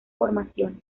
formaciones